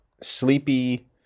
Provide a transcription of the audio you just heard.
sleepy